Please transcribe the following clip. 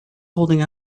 holding